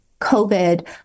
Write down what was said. COVID